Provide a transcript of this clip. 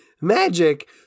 magic